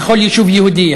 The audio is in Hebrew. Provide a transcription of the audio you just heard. בכל יישוב יהודי,